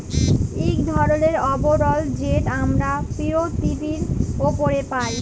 ইক ধরলের আবরল যেট আমরা পিরথিবীর উপরে পায়